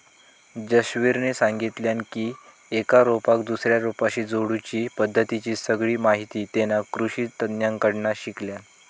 जसवीरने सांगितल्यान की एका रोपाक दुसऱ्या रोपाशी जोडुची पद्धतीची सगळी माहिती तेना कृषि तज्ञांकडना शिकल्यान